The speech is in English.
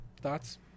Thoughts